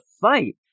fight